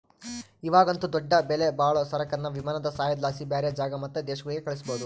ಇವಾಗಂತೂ ದೊಡ್ಡ ಬೆಲೆಬಾಳೋ ಸರಕುನ್ನ ವಿಮಾನದ ಸಹಾಯುದ್ಲಾಸಿ ಬ್ಯಾರೆ ಜಾಗ ಮತ್ತೆ ದೇಶಗುಳ್ಗೆ ಕಳಿಸ್ಬೋದು